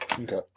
okay